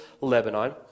Lebanon